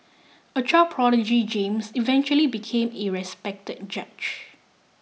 a child prodigy James eventually became a respected judge